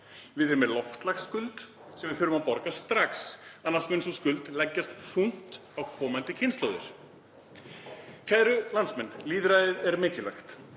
Við erum með loftslagsskuld sem við þurfum að borga strax. Annars mun sú skuld leggjast þungt á komandi kynslóðir. Kæru landsmenn. Lýðræðið er mikilvægt.